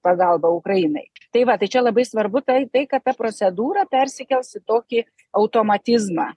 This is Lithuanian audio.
pagalbą ukrainai tai va tai čia labai svarbu tai tai kad ta procedūra persikels į tokį automatizmą